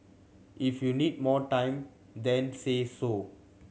if you need more time then say so